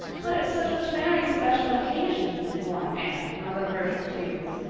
but it's such a very special occasion, mourned anne, on the verge of tears.